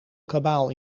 kabaal